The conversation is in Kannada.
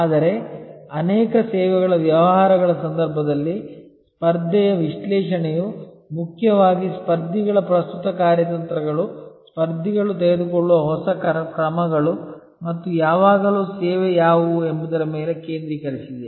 ಆದರೆ ಅನೇಕ ಸೇವೆಗಳ ವ್ಯವಹಾರಗಳ ಸಂದರ್ಭದಲ್ಲಿ ಸ್ಪರ್ಧೆಯ ವಿಶ್ಲೇಷಣೆಯು ಮುಖ್ಯವಾಗಿ ಸ್ಪರ್ಧಿಗಳ ಪ್ರಸ್ತುತ ಕಾರ್ಯತಂತ್ರಗಳು ಸ್ಪರ್ಧಿಗಳು ತೆಗೆದುಕೊಳ್ಳುವ ಹೊಸ ಕ್ರಮಗಳು ಮತ್ತು ಯಾವಾಗಲೂ ಸೇವೆ ಯಾವುವು ಎಂಬುದರ ಮೇಲೆ ಕೇಂದ್ರೀಕರಿಸಿದೆ